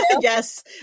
Yes